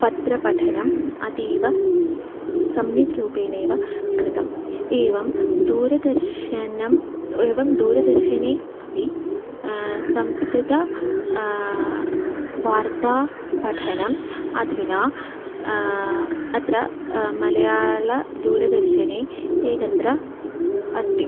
पत्रपठनम् अतीव सम्यक् रूपेण एव कृतम् एवं दूरदर्शनम् एवं दूरदर्शने अपि संस्कृत वार्तापठनम् अधुना अत्र मलयालदूरदर्शने एकत्र अस्ति